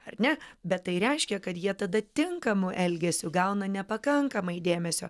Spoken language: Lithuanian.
ar ne bet tai reiškia kad jie tada tinkamu elgesiu gauna nepakankamai dėmesio